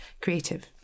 creative